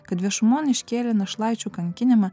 kad viešumon iškėlė našlaičių kankinimą